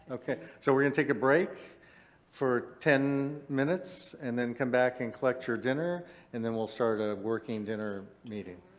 okay. so we're going to take a break for ten minutes and then come back and collect your dinner and then we'll start a working dinner meeting.